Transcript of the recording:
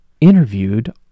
interviewed